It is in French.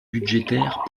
budgétaire